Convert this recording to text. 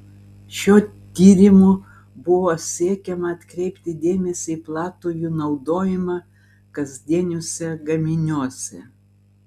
šiuo tyrimu buvo siekiama atkreipti dėmesį į platų jų naudojimą kasdieniuose gaminiuose